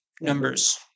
numbers